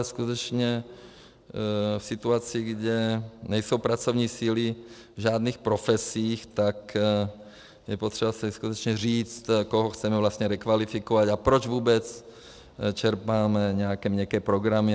A skutečně v situaci, kdy nejsou pracovní síly v žádných profesích, tak je potřeba si skutečně říct, koho chceme vlastně rekvalifikovat a proč vůbec čerpáme nějaké měkké programy.